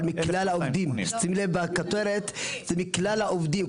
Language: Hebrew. שים לב בכותרת, מכלל העובדים.